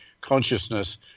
consciousness